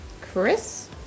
Chris